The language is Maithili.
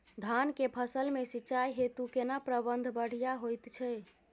धान के फसल में सिंचाई हेतु केना प्रबंध बढ़िया होयत छै?